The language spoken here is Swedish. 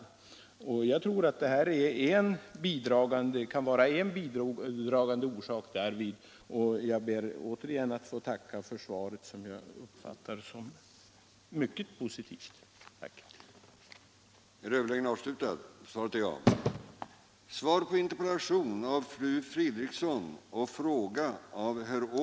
Jag tror att detta då kan vara en bidragande faktor, och jag ber återigen att få tacka för svaret, som jag uppfattar som mycket positivt. Om en enhetlig prissättning på petroleumproduk ter Om beredskapen mot oljekatastrofer